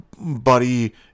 Buddy